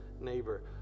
neighbor